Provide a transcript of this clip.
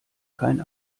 kein